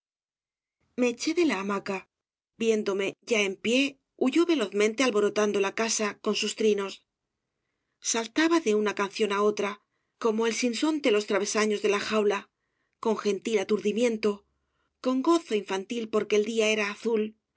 me eché de la hamaca viéndome ya en pie huyó velozmente alborotando la casa con sus trinos saltaba de una canción á otra como el sinsonte los travesanos de la jaula con gentil aturdimiento con gozo infantil porque el día era azul